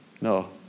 No